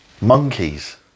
Monkeys